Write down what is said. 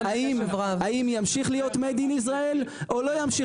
האם ימשיך להיות Made in Israel או לא,